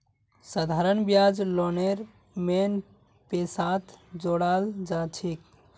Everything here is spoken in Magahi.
साधारण ब्याज लोनेर मेन पैसात जोड़ाल जाछेक